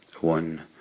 one